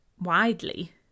widely